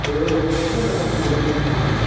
ٹٲرۍ لِور چھِنہٕ حط آسَن تِم بٲکِر کھانہِ ہِش